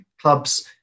clubs